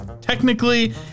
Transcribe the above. Technically